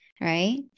Right